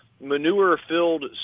manure-filled